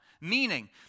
Meaning